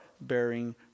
bearing